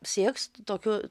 sieks tokiu